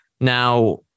Now